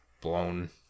blown